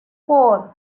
four